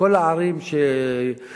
בכל הערים שיש,